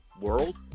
world